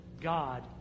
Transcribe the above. God